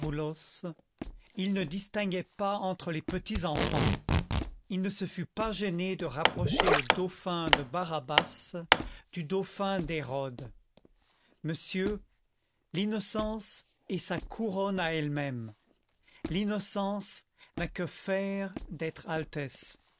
il ne distinguait pas entre les petits enfants il ne se fût pas gêné de rapprocher le dauphin de barabbas du dauphin d'hérode monsieur l'innocence est sa couronne à elle-même l'innocence n'a que faire d'être altesse